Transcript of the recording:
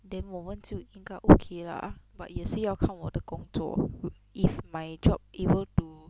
then 我们就应该 okay lah but 也是要看我的工作 if my job able to